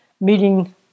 meeting